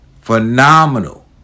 Phenomenal